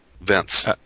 Vince